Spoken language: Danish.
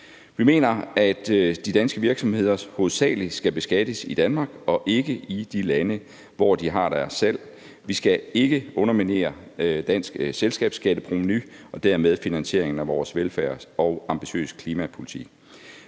Vi mener, at de danske virksomheder hovedsagelig skal beskattes i Danmark og ikke i de lande, hvor de har deres salg. Vi skal ikke underminere dansk selskabsskatteprovenu og dermed finansieringen af vores velfærd og ambitiøse klimapolitik.